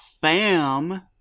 fam